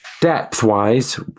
Depth-wise